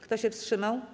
Kto się wstrzymał?